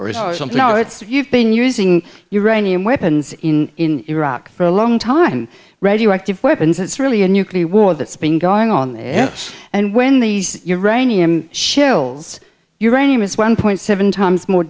it's you've been using your brain and weapons in iraq for a long time radioactive weapons it's really a nuclear war that's been going on and when these your rainy i'm shills your aim is one point seven times more